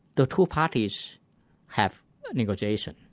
the two parties have negotiations,